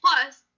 plus